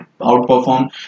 outperform